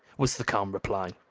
was the calm reply.